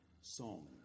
song